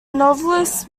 novelist